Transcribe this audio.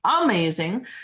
amazing